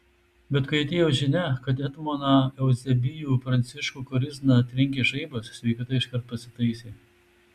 bet kai atėjo žinia kad etmoną euzebijų pranciškų korizną trenkė žaibas sveikata iškart pasitaisė